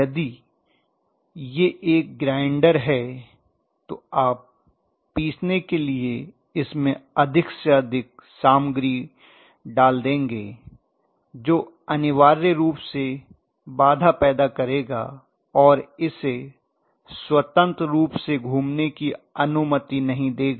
यदि यह एक ग्राइन्डर है तो आप पीसने के लिए इसमें अधिक से अधिक सामग्री डाल देंगे जो अनिवार्य रूप से बाधा पैदा करेगा और इसे स्वतंत्र रूप से घूमने की अनुमति नहीं देगा